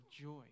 joy